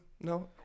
no